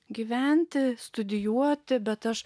gyventi studijuoti bet aš